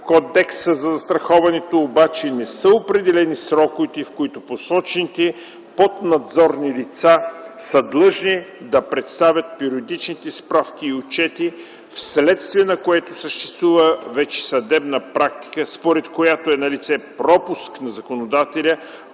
в Кодекса за застраховането обаче не са определени сроковете, в които посочените поднадзорни лица са длъжни да представят периодичните справки и отчети, вследствие на което съществува вече съдебна практика, според която е на лице пропуск на законодателя,